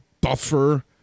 buffer